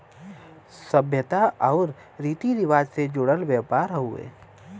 सभ्यता आउर रीती रिवाज से जुड़ल व्यापार हउवे